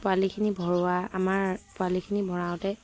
পোৱালিখিনি ভৰোৱা আমাৰ পোৱালিখিনি ভৰাওঁতে